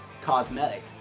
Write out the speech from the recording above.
Cosmetic